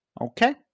Okay